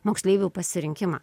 moksleivių pasirinkimą